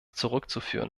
zurückzuführen